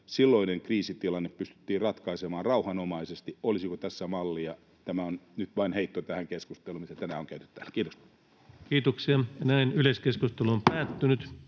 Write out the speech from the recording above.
silloinen kriisitilanne pystyttiin ratkaisemaan rauhanomaisesti. Olisiko tässä mallia? Tämä on nyt vain heitto tähän keskusteluun, mitä tänään on käyty täällä. — Kiitos.